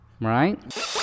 Right